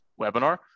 webinar